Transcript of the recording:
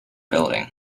building